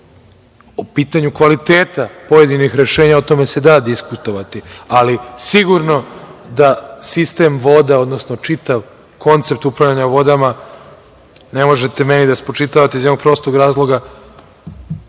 pitanju kvaliteta pojedinih rešenja, o tome se da diskutovati, ali sigurno da sistem voda, odnosno čitav koncept upravljanja vodama ne možete meni da spočitavate iz prostog razloga